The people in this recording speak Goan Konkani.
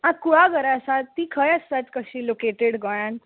आं कुळागरां आसात तीं खंय आसतात कशीं लोकेटेड गोंयांत